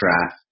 draft